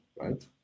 right